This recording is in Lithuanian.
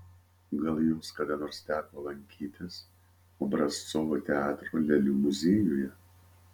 gal jums kada nors teko lankytis obrazcovo teatro lėlių muziejuje